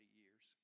years